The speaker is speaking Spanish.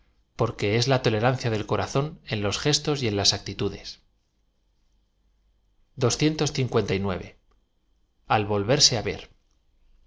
porque es la tolerancia del corazón en loa ges tos y en las actitudes volverse á ver